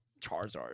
Charizard